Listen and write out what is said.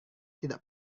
tidak